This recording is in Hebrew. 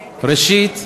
ראשית,